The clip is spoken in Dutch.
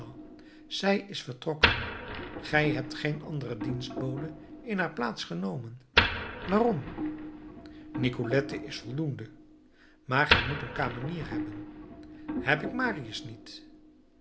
zij is vertrokken gij hebt geen andere dienstbode in haar plaats genomen waarom nicolette is voldoende maar gij moet een kamenier hebben heb ik marius niet